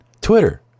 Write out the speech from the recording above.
Twitter